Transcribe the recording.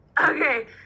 okay